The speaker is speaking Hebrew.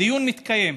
הדיון מתקיים,